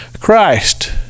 Christ